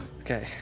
okay